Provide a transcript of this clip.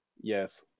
yes